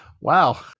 wow